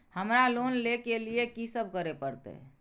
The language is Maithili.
हमरा लोन ले के लिए की सब करे परते?